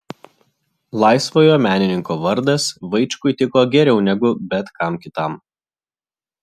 laisvojo menininko vardas vaičkui tiko geriau negu bet kam kitam